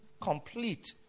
complete